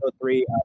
three